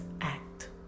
act